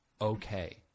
okay